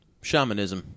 Shamanism